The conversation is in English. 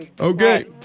Okay